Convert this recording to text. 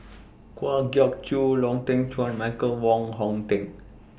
Kwa Geok Choo Lau Teng Chuan Michael Wong Hong Teng